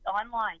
Online